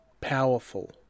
powerful